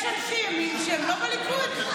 יש אנשי ימין שהם לא בליכוד.